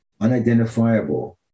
unidentifiable